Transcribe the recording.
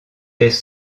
des